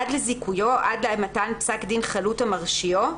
עד לזיכויו או עד למתן פסק דין חלוט המרשיעו,